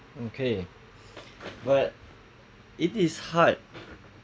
okay but it is hard